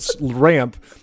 ramp